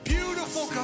Beautiful